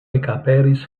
ekaperis